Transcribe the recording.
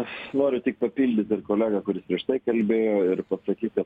noriu tik papildyt ir kolegą kuris prieš tai kalbėjo ir pasakyti